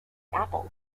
apple